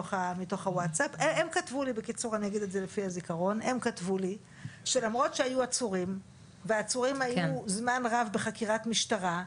הם כתבו לי שלמרות שהיו עצורים והעצורים היו זמן רב בחקירת משטרה,